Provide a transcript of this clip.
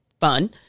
fun